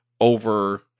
over